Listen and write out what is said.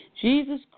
Jesus